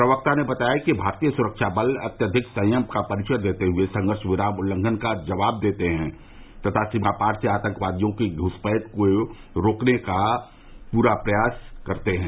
प्रवक्ता ने बताया कि भारतीय सुरक्षा बल अत्यधिक संयम का परिचय देते हुए संघर्ष विराम उल्लंघन का जवाब देते हैं तथा सीमापार से आतंकवादियों की घ्सपैठ के प्रयासों को विफल करते हैं